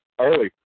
early